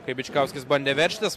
kai bičkauskis bandė veržtis